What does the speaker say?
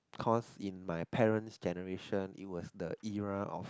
cause in my parents generations it was the era of